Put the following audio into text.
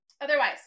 Otherwise